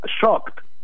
shocked